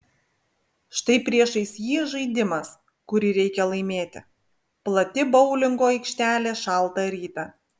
štai priešais jį žaidimas kurį reikia laimėti plati boulingo aikštelė šaltą rytą